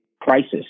crisis